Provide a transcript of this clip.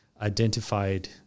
identified